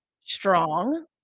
strong